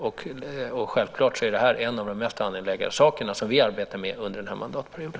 Det här är självfallet en av de mest angelägna saker som vi arbetar med under den här mandatperioden.